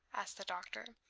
asked the doctor,